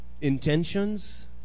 intentions